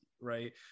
right